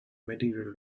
material